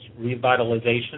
revitalization